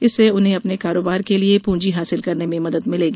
इससे उन्हें अपने कारोबार के लिए पूंजी हासिल करने में मदद मिलेगी